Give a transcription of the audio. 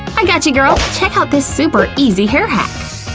i got you, girl. check out this super easy hair hack!